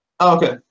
okay